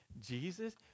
Jesus